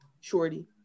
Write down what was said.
Shorty